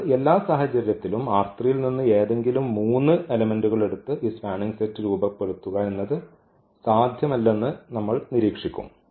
എന്നാൽ എല്ലാ സാഹചര്യത്തിലും ൽ നിന്ന് ഏതെങ്കിലും മൂന്ന് എലെമെന്റുകൾ എടുത്ത് ഈ സ്പാനിംഗ് സെറ്റ് രൂപപ്പെടുത്തുക എന്നത് സാധ്യമല്ലെന്ന് നമ്മൾ നിരീക്ഷിക്കും